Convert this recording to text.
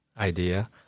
idea